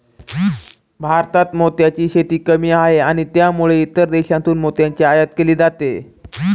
भारतात मोत्यांची शेती कमी आहे आणि त्यामुळे इतर देशांतून मोत्यांची आयात केली जाते